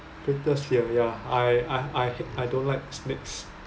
greatest fear yeah I I I h~ I don't like snakes